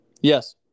Yes